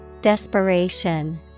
Desperation